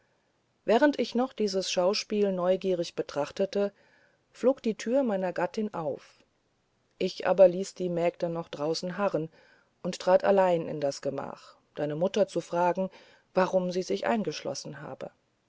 während ich noch dieses schauspiel neugierig betrachtete flog die türe meiner gattin auf ich aber ließ die mägde noch außen harren und trat allein in das gemach deine mutter zu fragen warum sie sich eingeschlossen habe